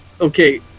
Okay